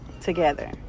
together